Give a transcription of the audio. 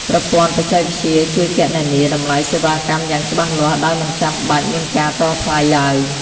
ប្រព័ន្ធបច្ចេកវិទ្យាជួយគណនាតម្លៃសេវាកម្មយ៉ាងច្បាស់លាស់ ដោយមិនចាំបាច់មានការតថ្លៃឡើយ។